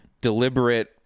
deliberate